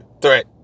threat